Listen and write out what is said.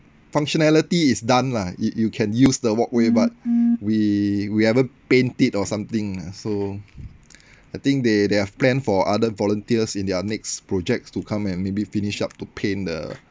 functionality is done lah you you can use the walkway but we we haven't paint it or something lah so I think they they have plan for other volunteers in their next projects to come and maybe finish up to paint the